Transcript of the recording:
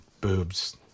boobs